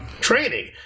training